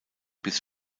bis